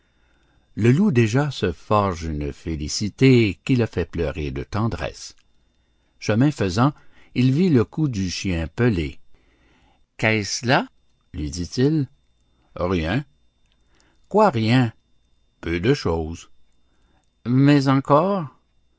le loup déjà se forge une félicité qui le fait pleurer de tendresse chemin faisant il vit le cou du chien pelé qu'est-ce là lui dit-il rien quoi rien peu de chose mais encor